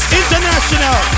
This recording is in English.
international